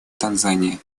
танзания